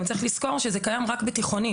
צריך גם לזכור שזה קיים רק בתיכונים,